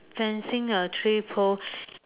fencing a tree pole